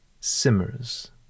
simmers